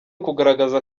ukugaragaza